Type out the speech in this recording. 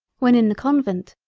when in the convent,